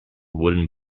wooden